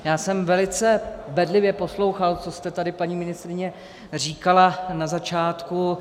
Já jsem velice bedlivě poslouchal, co jste tady, paní ministryně, říkala na začátku.